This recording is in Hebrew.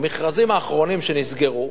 המכרזים האחרונים שנסגרו,